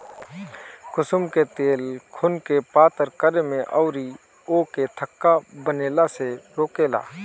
कुसुम के तेल खुनके पातर करे में अउरी ओके थक्का बनला से रोकेला